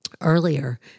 earlier